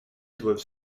doivent